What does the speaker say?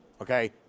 Okay